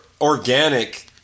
organic